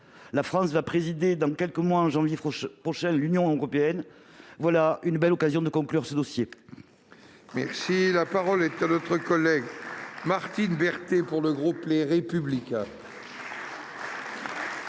La France présidera, en janvier prochain, l'Union européenne : voilà une belle occasion de conclure ce dossier